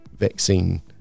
vaccine